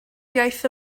iaith